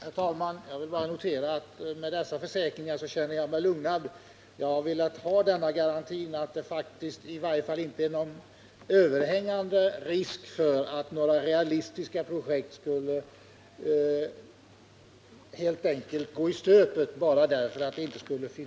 Herr talman! Jag vill bara säga att jag efter dessa försäkringar känner mig lugnad. Jag har velat ha denna garanti för att det i varje fall inte är någon överhängande risk för att några realistiska projekt skulle kunna gå i stöpet bara därför att det inte finns